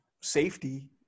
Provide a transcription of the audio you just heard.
safety